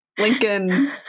lincoln